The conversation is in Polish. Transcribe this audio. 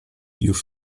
już